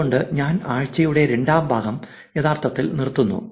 അത് കൊണ്ട് ഞാൻ ആഴ്ചയുടെ രണ്ടാം ഭാഗം യഥാർത്ഥത്തിൽ നിർത്തുന്നു